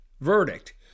verdict